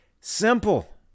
Simple